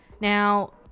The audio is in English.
Now